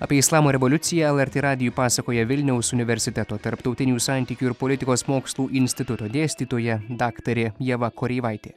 apie islamo revoliuciją lrt radijui pasakoja vilniaus universiteto tarptautinių santykių ir politikos mokslų instituto dėstytoja daktarė ieva koreivaitė